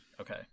Okay